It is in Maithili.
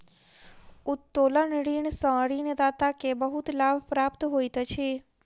उत्तोलन ऋण सॅ ऋणदाता के बहुत लाभ प्राप्त होइत अछि